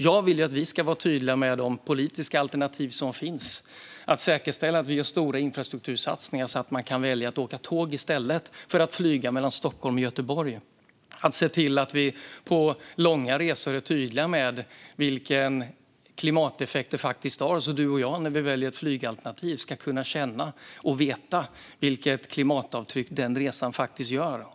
Jag vill att vi ska vara tydliga med de politiska alternativ som finns, att säkerställa att vi gör stora infrastruktursatsningar, så att man kan välja att åka tåg i stället för att flyga mellan Stockholm och Göteborg och att se till att vi på långa resor är tydliga med vilken klimateffekt resan faktiskt har, så att du och jag när vi väljer ett flygalternativ ska kunna känna och veta vilket klimatavtryck vår resa gör.